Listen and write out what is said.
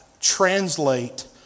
translate